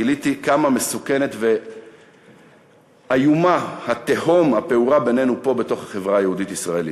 גיליתי כמה מסוכנת ואיומה התהום הפעורה בינינו פה בתוך החברה הישראלית.